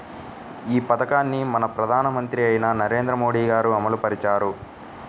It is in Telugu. ఈ పథకాన్ని మన ప్రధానమంత్రి అయిన నరేంద్ర మోదీ గారు అమలు పరిచారు